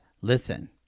listen